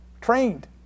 trained